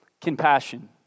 compassion